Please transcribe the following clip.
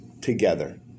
together